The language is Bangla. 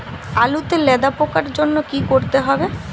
আলুতে লেদা পোকার জন্য কি করতে হবে?